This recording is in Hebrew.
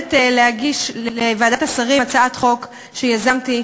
עומדת להגיש לוועדת השרים הצעת חוק שיזמתי,